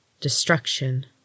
destruction